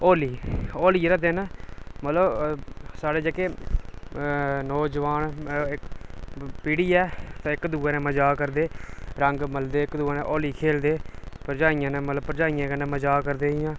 होली होली आह्ले दिन मतलब साढ़े जेह्के नौजवान इक पीढ़ी ऐ इक दुए कन्नै मजाक करदे रंग मलदे इक दूए ने होली खेलदे भरजाइयें ने मतलब भरजाइयें कन्नै मजाक करदे जियां